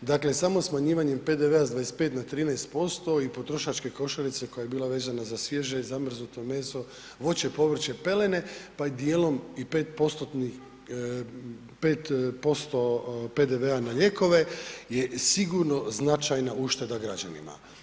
dakle, samo smanjivanjem PDV-a s 25 na 13% i potrošačke košarice koja je bila vezana za svježe i zamrznuto meso, voće, povrće, pelene, pa i dijelom i 5% PDV-a na lijekove je sigurno značajna ušteda građanima.